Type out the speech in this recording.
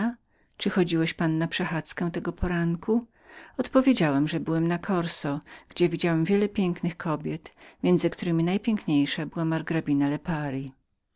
pan na przechadzkę tego poranku odpowiedziałem że byłem na corso gdzie widziałem wiele pięknych kobiet między któremi najpiękniejszą była margrabina lepari